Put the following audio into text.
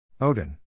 Odin